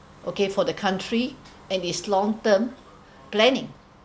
okay for the country and it's long term planning